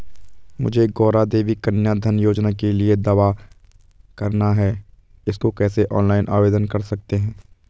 मुझे गौरा देवी कन्या धन योजना के लिए दावा करना है इसको कैसे ऑनलाइन आवेदन कर सकते हैं?